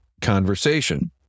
conversation